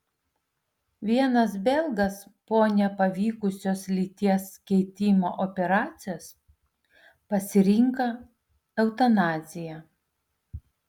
vienas belgas po nepavykusios lyties keitimo operacijos pasirinko eutanaziją